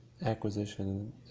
acquisition